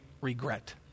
regret